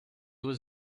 was